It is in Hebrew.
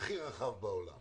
הכי רחב בעולם